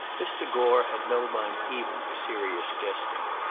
mr. gore had no mind even for serious jesting.